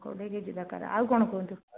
କୋଡ଼ିଏ କେଜି ଦରକାର ଆଉ କଣ କୁହନ୍ତୁ